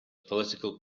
political